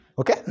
Okay